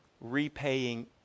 repaying